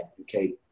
okay